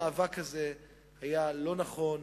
המאבק הזה היה לא נכון,